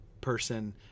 person